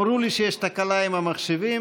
אמרו לי שיש תקלה עם המחשבים.